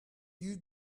you